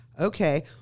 Okay